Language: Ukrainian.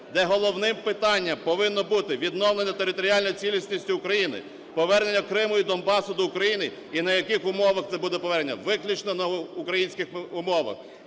де головним питання повинно бути відновлення територіальної цілісності України, повернення Криму і Донбасу до України, і на яких умовах це буде повернення. Виключно на українських умовах.